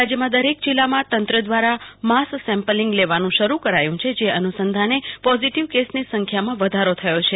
રાજ્યમાં દરેક જીલ્લામાં તંત્ર દ્વારા માસ સેમ્પલીંગ લેવાનું શરુ કરાયું છે જે અનુસંધાને પોઝીટીવ કેસની સંખ્યામાં વધારો થયો છે